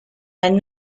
and